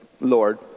Lord